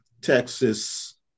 Texas